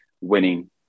winning